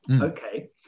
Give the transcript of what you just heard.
Okay